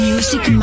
Music